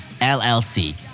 LLC